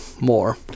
more